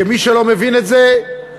כי מי שלא מבין את זה טועה.